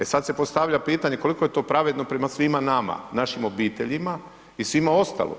E, sada se postavlja pitanje koliko je to pravedno prema svima nama, našim obiteljima i svima ostalom?